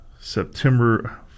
September